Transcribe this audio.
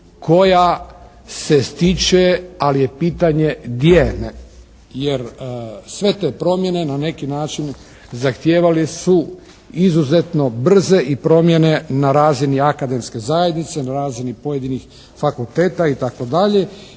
gdje … /Govornik se ne razumije./ … Jer sve te promjene na neki način zahtijevale su izuzetno brze i promjene na razini akademske zajednice, na razini pojedinih fakulteta i